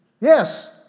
Yes